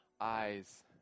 eyes